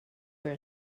were